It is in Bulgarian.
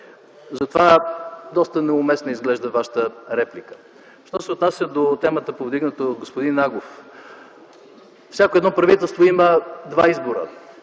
Затова доста неуместна изглежда Вашата реплика. Що се отнася до темата, повдигната от господин Агов, всяко правителство има два избора